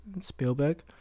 Spielberg